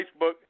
Facebook